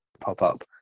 pop-up